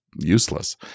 useless